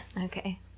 Okay